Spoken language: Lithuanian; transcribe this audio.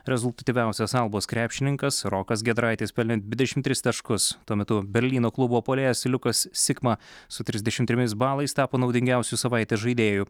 rezultatyviausias albos krepšininkas rokas giedraitis pelnė dvidešim tris taškus tuo metu berlyno klubo puolėjas liukas sikma su trisdešim trimis balais tapo naudingiausiu savaitės žaidėju